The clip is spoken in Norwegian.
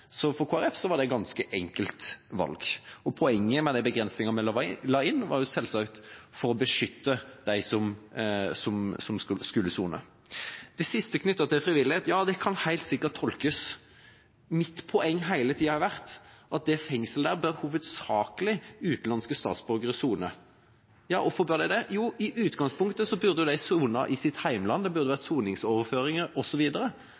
Så for Kristelig Folkeparti var det et ganske enkelt valg. Poenget med begrensninga vi la inn, var selvsagt å beskytte dem som skulle sone. Det siste jeg vil si, er knyttet til frivillighet. Ja, det kan helt sikkert tolkes. Mitt poeng har hele tida vært at i det fengslet bør hovedsakelig utenlandske statsborgere sone. Hvorfor det? Jo, fordi i utgangspunktet burde de sone i sitt hjemland, det burde vært soningsoverføringer